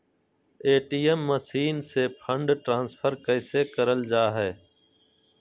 ATM machine से fund transfer कैसे करल जा है?